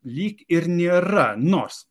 lyg ir nėra nors